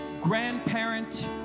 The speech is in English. grandparent